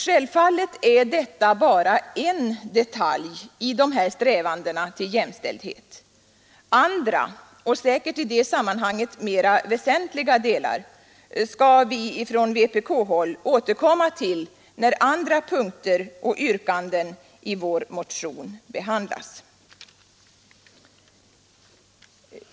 Självfallet är detta krav en detalj i dessa strävanden till jämställdhet. Andra, och säkert i det sammanhanget mera avgörande delar, skall vi från vpk-håll återkomma till när andra yrkanden i vår motion behandlas.